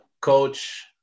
coach